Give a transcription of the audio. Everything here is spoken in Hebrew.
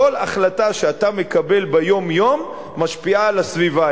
כל החלטה שאתה מקבל ביום-יום משפיעה על הסביבה.